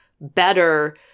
better